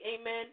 Amen